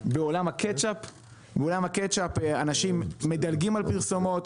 בעולם הקאץ'-אפ אנשים מדלגים על פרסומות.